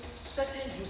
certain